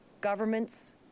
governments